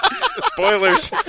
Spoilers